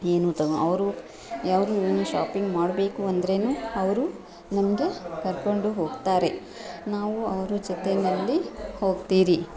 ಏನು ತಗೋ ಅವರು ಅವರು ಏನು ಶಾಪಿಂಗ್ ಮಾಡಬೇಕು ಅಂದರೂನು ಅವರು ನಮಗೆ ಕರ್ಕೊಂಡು ಹೋಗ್ತಾರೆ ನಾವು ಅವರು ಜೊತೆಯಲ್ಲಿ ಹೋಗ್ತೀರಿ